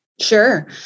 Sure